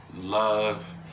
love